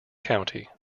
county